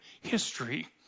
history